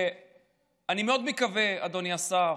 אני מאוד מקווה, אדוני השר,